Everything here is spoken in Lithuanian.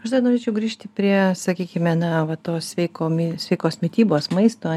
aš dar norėčiau grįžti prie sakykime na va to sveiko mi sveikos mitybos maisto